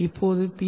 இப்போது பி